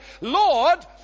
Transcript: Lord